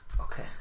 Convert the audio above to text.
Okay